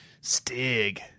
stig